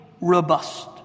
robust